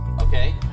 okay